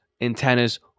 antennas